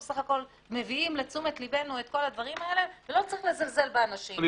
בסך הכל מביאים לתשומת ליבנו את כל הדברים האלה ולא צריך לזלזל באנשים,